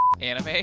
anime